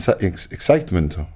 excitement